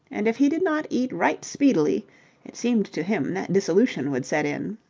and if he did not eat right speedily it seemed to him that dissolution would set in.